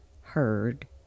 heard